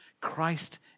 Christ